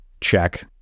check